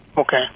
Okay